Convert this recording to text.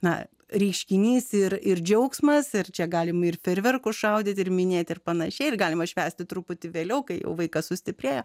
na reiškinys ir ir džiaugsmas ir čia galima ir fejerverkus šaudyti ir minėti ir pan ir galima švęsti truputį vėliau kai vaikas sustiprėja